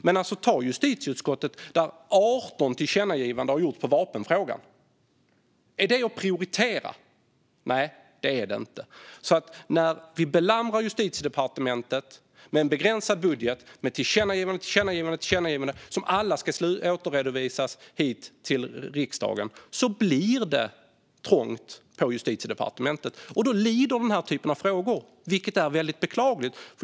Men ta justitieutskottet, där 18 tillkännagivanden har gjorts i vapenfrågan. Är det att prioritera? Nej, det är det inte. När vi belamrar Justitiedepartementet, med en begränsad budget, med tillkännagivande efter tillkännagivande som alla ska återredovisas hit till riksdagen blir det trångt på Justitiedepartementet. Och då blir den här typen av frågor lidande, vilket är beklagligt.